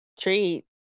treat